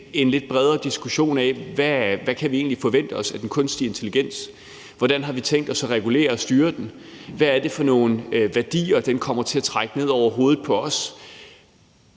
en lidt bredere diskussion af, hvad vi egentlig kan forvente os af den kunstige intelligens, hvordan vi har tænkt os at regulere den og styre den, og hvad det er for nogle værdier, den kommer til at trække ned over hovedet på os,